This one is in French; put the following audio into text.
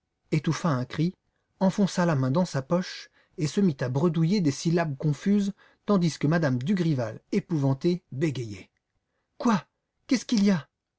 étouffa un cri enfonça la main dans sa poche et se mit à bredouiller des syllabes confuses tandis que mme dugrival épouvantée bégayait quoi qu'est-ce qu'il y a